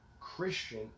Christian